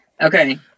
Okay